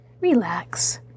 relax